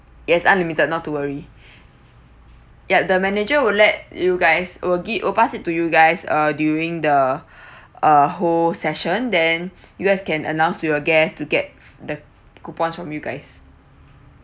yes unlimited not to worry yup the manager will let you guys will give will pass it to you guys uh during the uh whole session then you guys can announce to your guests to get the coupons from you guys